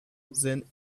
then